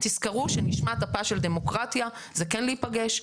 תזכרו שנשמת אפה של דמוקרטיה היא כן להיפגש,